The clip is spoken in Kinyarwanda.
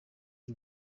y’u